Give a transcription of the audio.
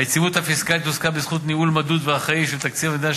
היציבות הפיסקלית הושגה בזכות ניהול מדוד ואחראי של תקציב המדינה,